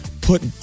put